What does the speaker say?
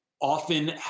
often